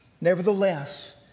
Nevertheless